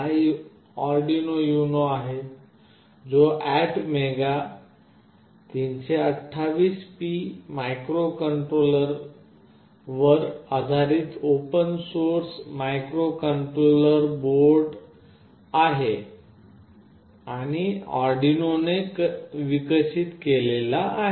हा Arduino Uno आहे जो ATmega328P मायक्रोकंट्रोलरवर आधारित ओपन सोर्स मायक्रोकंट्रोलर बोर्ड आहे आणि आर्डिनोने विकसित केला आहे